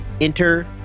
Enter